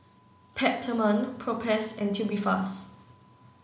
Peptamen Propass and Tubifast